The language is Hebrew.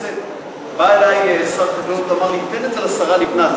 בא אלי שר החקלאות ואמר לי: תן את זה לשרה לבנת,